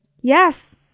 yes